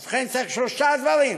ובכן, צריך שלושה דברים,